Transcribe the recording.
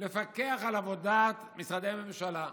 לפקח על עבודת משרדי הממשלה.